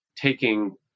Taking